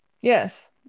Yes